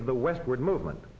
of the westward movement